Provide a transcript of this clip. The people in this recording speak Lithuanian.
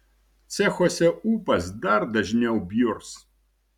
cechuose ūpas dar dažniau bjurs